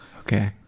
okay